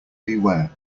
beware